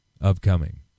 upcoming